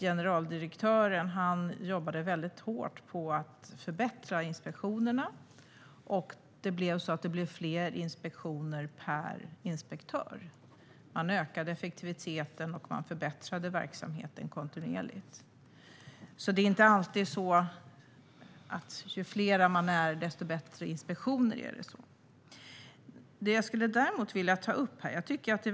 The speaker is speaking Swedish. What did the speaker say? Generaldirektören jobbade mycket hårt med att förbättra inspektionerna, och det blev fler inspektioner per inspektör. Man ökade effektiviteten och förbättrade verksamheten kontinuerligt. Det är alltså inte så att ju fler man är desto bättre inspektioner blir det.